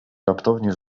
raptownie